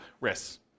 risks